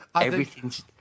Everything's